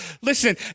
Listen